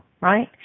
right